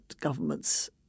governments